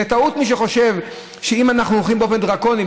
מי שחושב שאם אנחנו הולכים פה בדרקוניים,